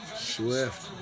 Swift